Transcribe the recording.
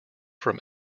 from